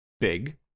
big